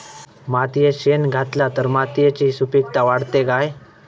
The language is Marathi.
मातयेत शेण घातला तर मातयेची सुपीकता वाढते काय?